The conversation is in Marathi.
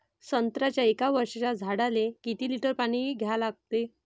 संत्र्याच्या एक वर्षाच्या झाडाले किती लिटर पाणी द्या लागते?